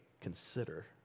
consider